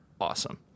awesome